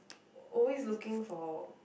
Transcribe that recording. al~ always looking for